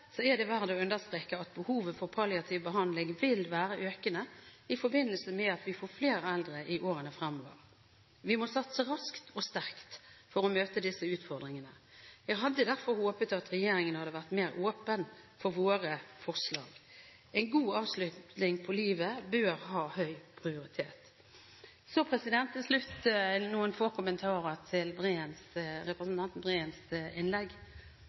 er det verdt å understreke at behovet for palliativ behandling vil være økende i forbindelse med at vi får flere eldre i årene fremover. Vi må satse raskt og sterkt for å møte disse utfordringene. Jeg hadde derfor håpet at regjeringen hadde vært mer åpen for våre forslag. En god avslutning på livet bør ha høy prioritet. Så til slutt noen få kommentarer til representanten Breens innlegg.